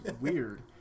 weird